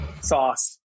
sauce